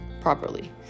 properly